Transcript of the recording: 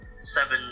Seven